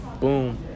boom